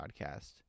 podcast